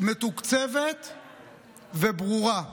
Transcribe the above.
מתוקצבת וברורה.